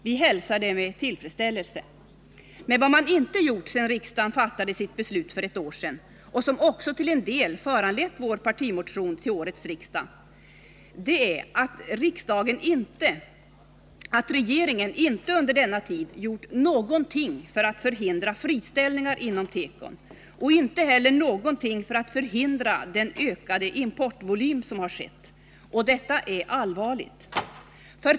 Vi hälsar det med tillfredsställelse. Men vår partimotion till årets riksmöte har också till en del föranletts av att regeringen, sedan riksdagen fattade sitt beslut för ett år sedan, inte gjort någonting för att hindra friställningar inom tekoindustrin och inte heller någonting för att förhindra den ökade importvolymen. Detta är allvarligt.